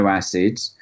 acids